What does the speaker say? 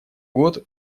год